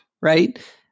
right